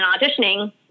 auditioning